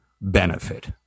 benefit